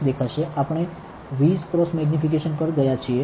આપણે 20 x magnification પર ગયા છીએ